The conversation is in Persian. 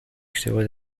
اشتباه